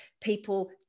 people